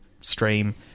stream